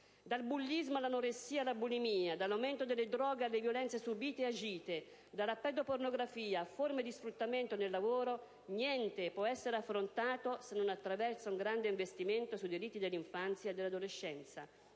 Dal bullismo all'anoressia e alla bulimia, dall'aumento delle droghe alle violenze subite e agite, dalla pedopornografia a forme di sfruttamento nel lavoro, niente può essere affrontato se non attraverso un grande investimento sui diritti dell'infanzia e dell'adolescenza,